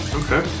okay